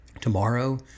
tomorrow